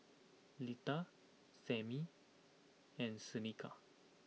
Lita Sammy and Shaneka